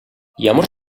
ямар